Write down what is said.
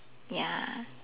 ya